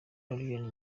alyn